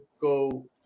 go